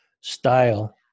style